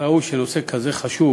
אבל היה ראוי שבנושא כזה חשוב